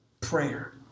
prayer